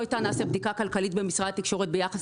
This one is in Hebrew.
אילו הייתה נעשית בדיקה כלכלית במשרד התקשורת ביחס